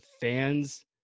fans